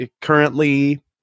currently